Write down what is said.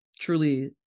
truly